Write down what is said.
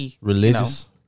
Religious